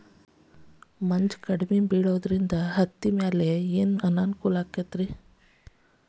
ಕಡಮಿ ಮಂಜ್ ನನ್ ಹತ್ತಿಬೆಳಿ ಮ್ಯಾಲೆ ಹೆಂಗ್ ಅನಾನುಕೂಲ ಆಗ್ತೆತಿ?